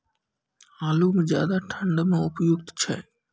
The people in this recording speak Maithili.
आलू म ज्यादा ठंड म उपयुक्त छै?